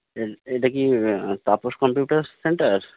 এটা কি Tapas computer centre